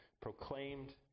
proclaimed